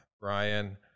Brian